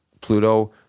Pluto